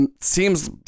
seems